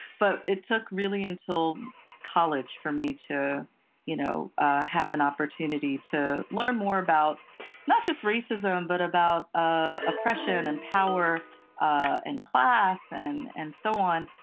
but it took really until college for me to you know ah have an opportunity to learn more about not just racism but about ah oppression and power and class and and so on.